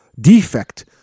defect